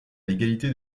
légalité